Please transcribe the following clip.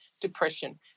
depression